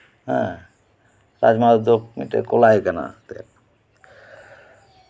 ᱦᱮᱸ ᱨᱟᱡᱢᱟ ᱫᱚ ᱢᱤᱫᱴᱮᱱ ᱠᱚᱞᱟᱭ ᱠᱟᱱᱟ ᱮᱱᱛᱮᱫ